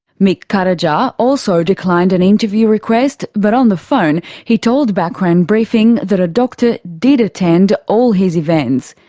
mick cutajar also declined an interview request, but on the phone he told background briefing that a doctor did attend all his events.